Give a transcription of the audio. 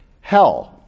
Hell